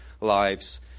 lives